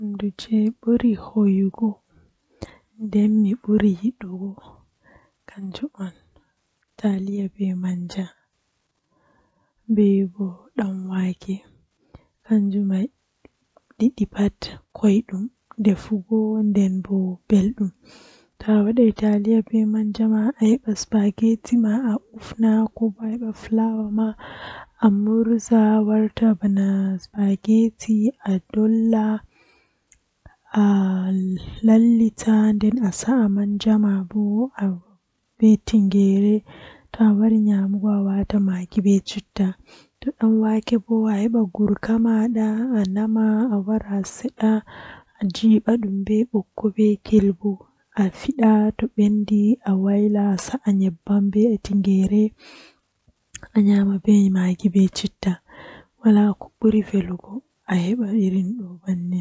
To ayidi ahawra shayi arandewol kam awada ndiym haa nder koofi deidei ko ayidi yarugo, Nden awadda ganye haako jei be wadirta tea man awaila haa nder awada shuga alanya jam ahebi tea malla shayi ma.